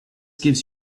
gives